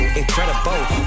incredible